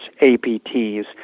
APTs